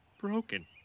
broken